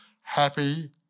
happy